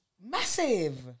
massive